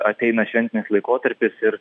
ateina šventinis laikotarpis ir